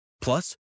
Plus